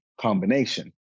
combination